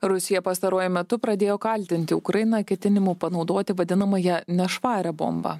rusija pastaruoju metu pradėjo kaltinti ukrainą ketinimu panaudoti vadinamąją nešvarią bombą